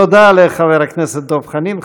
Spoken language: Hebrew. תודה לחבר הכנסת דב חנין.